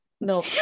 No